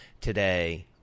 today